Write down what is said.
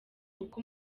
uko